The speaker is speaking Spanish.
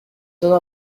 todo